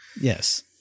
Yes